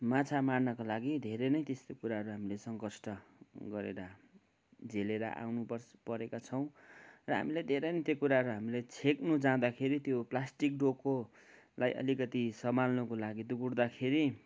माछा मार्नका लागि धेरै नै त्यस्तो कुराहरू हामीले सङ्कष्ट गरेर झेलेर आउनुपर्छ परेका छौँ र हामीलाई धेरै नै त्यो कुराहरू हामीले छेक्नु जाँदाखेरि त्यो प्लास्टिक डोकोलाई अलिकति समाल्नका लागि दगुर्दाखेरि